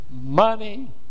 money